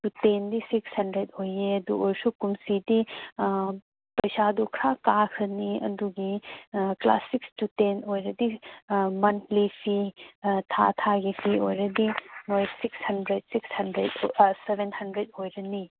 ꯇꯦꯟꯗꯤ six hundred ꯑꯣꯏꯌꯦ ꯑꯗꯨ ꯑꯣꯏꯔꯁꯨ ꯀꯨꯝꯁꯤꯗꯤ ꯄꯩꯁꯥꯗꯨ ꯈꯔ ꯀꯥꯈ꯭ꯔꯅꯤ ꯑꯗꯨꯒꯤ ꯀ꯭ꯂꯥꯁ ꯁꯤꯛꯁ ꯇꯨ ꯇꯦꯟ ꯑꯣꯏꯔꯗꯤ ꯃꯟꯂꯤ ꯐꯤ ꯊꯥ ꯊꯥꯒꯤ ꯐꯤ ꯑꯣꯏꯔꯗꯤ ꯃꯣꯏ six hundred six hundred to seven hundred ꯑꯣꯏꯔꯅꯤ